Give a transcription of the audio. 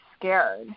scared